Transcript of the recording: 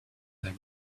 their